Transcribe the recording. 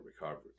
recovery